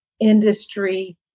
industry